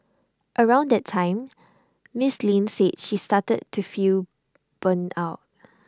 around that time miss Lin says she started to feel burn out